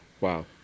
Wow